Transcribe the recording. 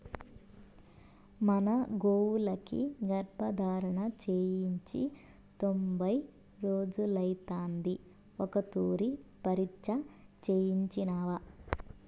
మన గోవులకి గర్భధారణ చేయించి తొంభై రోజులైతాంది ఓ తూరి పరీచ్ఛ చేయించినావా